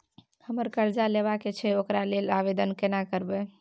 हमरा कर्जा लेबा के छै ओकरा लेल आवेदन केना करबै?